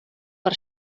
per